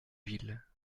ville